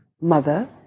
mother